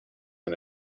and